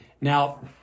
Now